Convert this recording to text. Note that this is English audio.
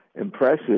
impressive